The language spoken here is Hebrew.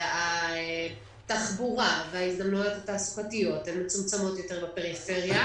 התחבורה וההזדמנויות התעסוקתיות מצומצמות יותר בפריפריה,